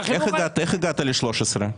איך הגעת ל-13?